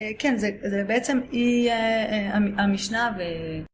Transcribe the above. כן, זה בעצם, המשנה ב...